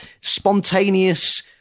spontaneous